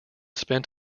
spent